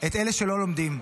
את אלה שלא לומדים: